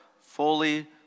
fully